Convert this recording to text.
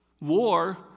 war